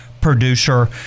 producer